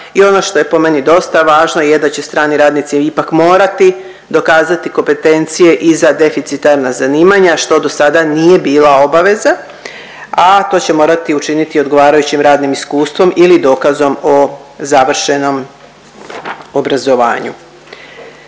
i ono što je po meni dosta važno je da će strani radnici ipak morati dokazati kompetencije i za deficitarna zanimanja što do sada nije bila obaveza, a to će morati učiniti odgovarajućim radnim iskustvom ili dokazom o završenom obrazovanju.